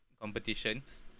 competitions